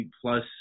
plus